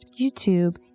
YouTube